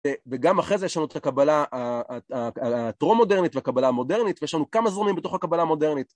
וגם אחרי זה יש לנו את הקבלה הטרום-מודרנית והקבלה המודרנית, ויש לנו כמה זרמים בתוך הקבלה המודרנית